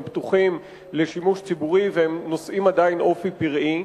פתוחים לשימוש ציבורי והם נושאים עדיין אופי פראי.